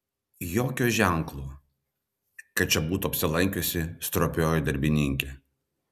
jokio ženklo kad čia būtų apsilankiusi stropioji darbininkė